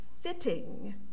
fitting